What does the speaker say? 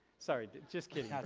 sorry dude just kidding.